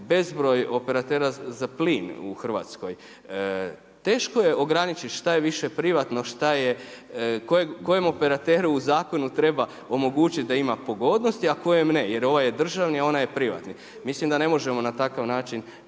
bezbroj operatera za plin u Hrvatskoj. Teško je ograničiti šta je više privatno, kojem operateru u zakonu treba omogućiti da ima pogodnosti, a kojem ne jer ovaj je državni, a onaj je privatni. Mislim da ne možemo na takav način